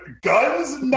guns